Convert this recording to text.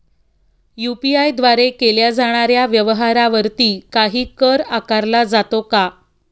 UPI द्वारे केल्या जाणाऱ्या व्यवहारावरती काही कर आकारला जातो का?